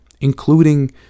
including